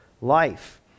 life